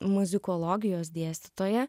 muzikologijos dėstytoja